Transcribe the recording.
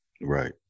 Right